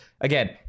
Again